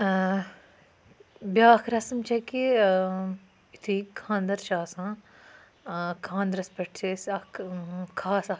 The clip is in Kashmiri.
بیاکھ رسم چھ کہِ یِتھُے خانٛدَر چھُ آسان خانٛدرَس پیٹھ چھِ أسۍ اکھ خاص اکھ